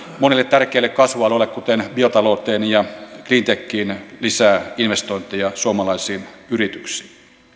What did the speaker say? monille tärkeille kasvualoille kuten biotalouteen ja cleantechiin lisää investointeja suomalaisiin yrityksiin